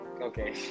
Okay